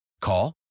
Call